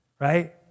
right